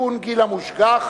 העלאת גיל המושגח),